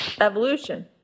evolution